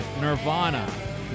Nirvana